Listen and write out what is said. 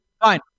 fine